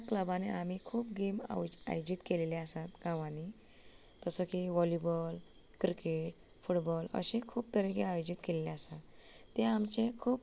क्लबांनी आमी खूब गेम आव आयोजीत केलेली आसा गांवांनी जसो की वॉलीबॉल क्रिकेट फुटबॉल अशे खूब तरे आयोजीत केल्ले आसा ते आमचे